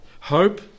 hope